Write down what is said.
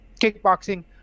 kickboxing